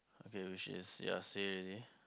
okay which is ya say already